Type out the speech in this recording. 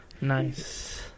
nice